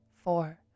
four